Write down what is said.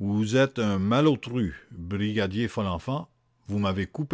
vous êtes un malotru brigadier folenfant vous m'avez coupé